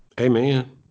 Amen